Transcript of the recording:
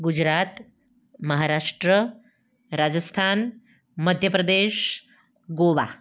Gujarat Maharashtra Rajasthan Madhya Pradesh Goa